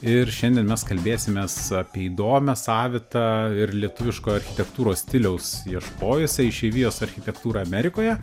ir šiandien mes kalbėsimės apie įdomią savitą ir lietuviško architektūros stiliaus ieškojusią išeivijos architektūrą amerikoje